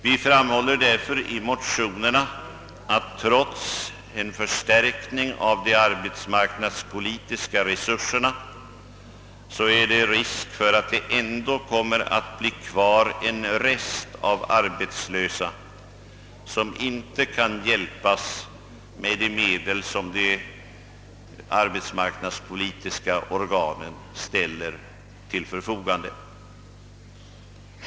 Vi framhåller därför i motionerna, att trots en förstärkning av de arbetsmarknadspolitiska resurserna är det risk för, att det ändå kommer att bli kvar en rest av arbetslösa, som inte kan hjälpas med de medel som de arbetsmarknadspolitiska organen ställer till förfogande.